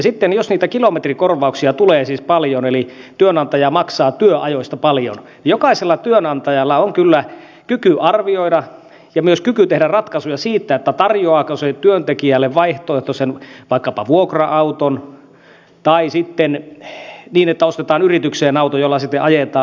sitten jos niitä kilometrikorvauksia tulee siis paljon eli työnantaja maksaa työajoista paljon jokaisella työnantajalla on kyllä kyky arvioida ja myös kyky tehdä ratkaisuja siitä tarjoaako työntekijälle vaihtoehtoisen ratkaisun vaikkapa vuokra auton tai sitten niin että ostetaan yritykseen auto jolla sitten ajetaan